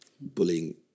bullying